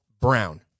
Brown